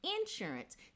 insurance